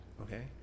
okay